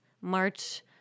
March